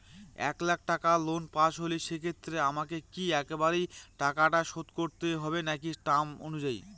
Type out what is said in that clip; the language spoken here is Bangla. এক লাখ টাকা লোন পাশ হল সেক্ষেত্রে আমাকে কি একবারে টাকা শোধ করতে হবে নাকি টার্ম অনুযায়ী?